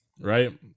right